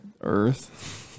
earth